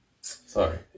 Sorry